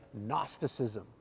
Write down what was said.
Gnosticism